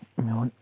میون